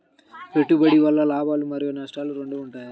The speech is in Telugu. పెట్టుబడి వల్ల లాభాలు మరియు నష్టాలు రెండు ఉంటాయా?